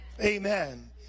Amen